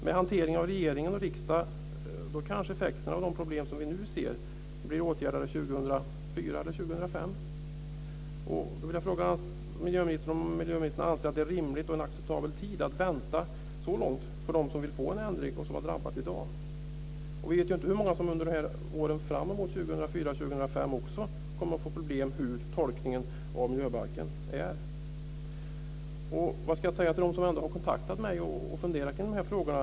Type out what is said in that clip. Med hanteringen i regering och riksdag kanske effekterna av de problem som vi ser i dag bli åtgärdade 2004 eller 2005. Då vill jag fråga miljöministern om han anser att det är rimligt och en acceptabel tid att vänta så långt för dem som vill få en ändring och som har drabbats i dag. Vi vet inte hur många som under åren fram till 2004-2005 också kommer att få problem med hur tolkningen av miljöbalken är. Vad ska jag säga till dem som ändå har kontaktat mig och funderar kring de här frågorna?